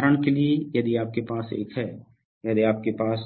उदाहरण के लिए यदि आपके पास एक है यदि आपके पास